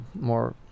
more